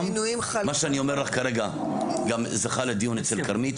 מה שאני אומר לך כרגע גם זכה לדיון אצל כרמית.